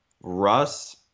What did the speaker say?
Russ